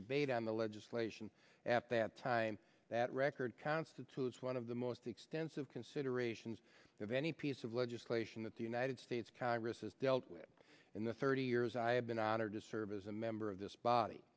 debate on the legislation at that time that record constitutes one of the most extensive considerations of any piece of legislation that the united states congress has dealt with in the thirty years i have been honored to serve as a member of this body